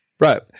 Right